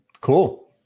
Cool